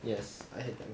yes I hate that